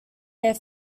their